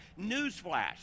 Newsflash